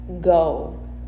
go